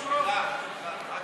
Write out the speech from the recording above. הצבעתי, נכון?